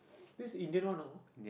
this Indian one know